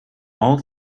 all